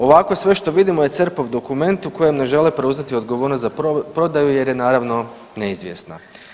Ovako sve što vidimo je crpov dokument u kojem ne žele preuzet odgovornost za prodaju jer je naravno neizvjesna.